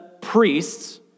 priests